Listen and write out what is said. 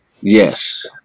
Yes